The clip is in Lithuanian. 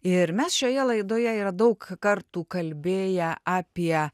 ir mes šioje laidoje yra daug kartų kalbėję apie